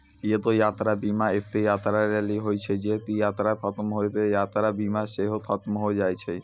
एगो यात्रा बीमा एक्के यात्रा लेली होय छै जे की यात्रा खतम होय पे यात्रा बीमा सेहो खतम होय जाय छै